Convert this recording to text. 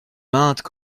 maintes